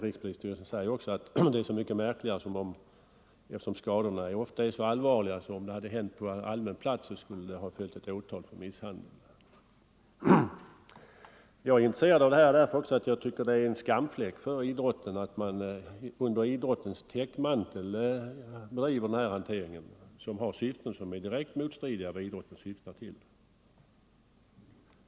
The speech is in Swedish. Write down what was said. Rikspolisstyrelsen säger också att det är märkligt eftersom skadorna ofta är så allvarliga att de hade lett till åtal för misshandel om de inträffat på allmän plats. Det är en skamfläck för idrotten att under idrottens täckmantel bedriva en hantering med ett syfte som direkt strider mot vad idrotten syftar till.